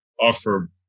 offer